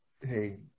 hey